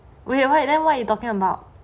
wait what then what you talking about